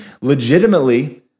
legitimately